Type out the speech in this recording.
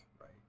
right